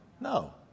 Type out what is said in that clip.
No